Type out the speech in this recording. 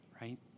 right